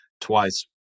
twice